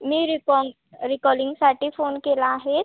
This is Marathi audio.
मी रिफॉर्म रिकॉलिंगसाठी फोन केला आहे